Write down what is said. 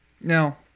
now